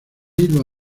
los